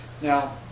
Now